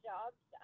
jobs